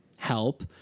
help